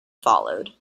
followed